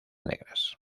negras